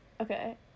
okay